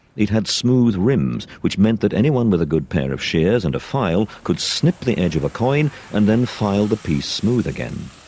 it had smooth rims, which meant that anyone with a good pair of shears and a file could snip the edge of a coin and then file the piece smooth again.